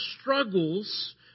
struggles